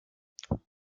ocho